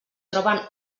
troben